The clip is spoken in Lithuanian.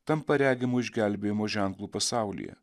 tampa regimu išgelbėjimo ženklu pasaulyje